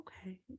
okay